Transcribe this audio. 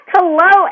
Hello